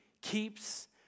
keeps